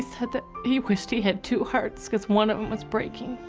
said that he wished he had two hearts, because one breaking.